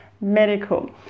medical